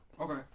Okay